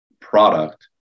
product